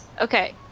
Okay